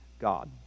God